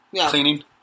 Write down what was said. cleaning